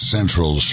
Central